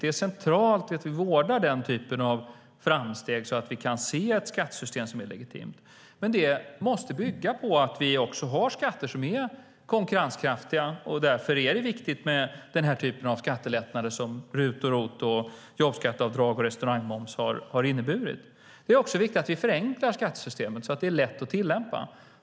Det är centralt att vi vårdar den typen av framsteg så att vi kan se ett skattesystem som är legitimt, men det måste bygga på att vi också har skatter som är konkurrenskraftiga. Därför är det viktigt med den typ av skattelättnader som RUT-, ROT och jobbskatteavdrag och sänkt restaurangmoms har inneburit. Det är också viktigt att vi förenklar skattesystemet så att det är lätt att tillämpa.